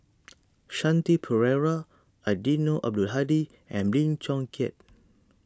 Shanti Pereira Eddino Abdul Hadi and Lim Chong Keat